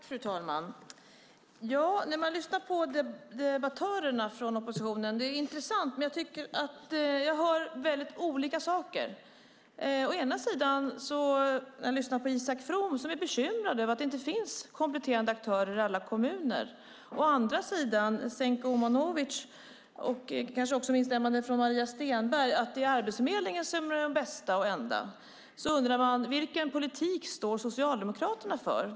Fru talman! När jag lyssnar på debattörerna från oppositionen är det intressant, men jag hör väldigt olika saker. Å ena sidan är Isak From bekymrad över att det inte finns kompletterande aktörer i alla kommuner. Å andra sidan anser Jasenko Omanovic och kanske också Maria Stenberg att det är Arbetsförmedlingen som är det bästa och enda. Man undrar vilken politik Socialdemokraterna står för.